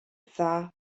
dda